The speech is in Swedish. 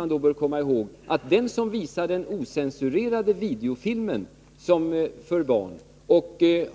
Men man bör komma ihåg att den som för barn visar en ocensurerad film, som innehåller sådana